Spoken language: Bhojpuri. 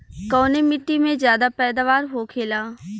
कवने मिट्टी में ज्यादा पैदावार होखेला?